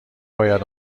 باید